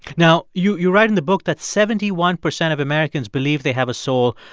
now, you you write in the book that seventy one percent of americans believe they have a soul.